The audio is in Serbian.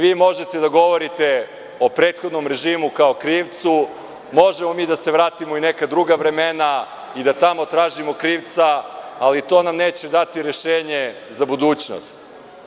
Vi možete da govorite o prethodnom režimu kao krivcu, možemo mi da se vratimo i u neka druga vremena i da tamo tražimo krivca, ali to nam neće dati rešenje za budućnost.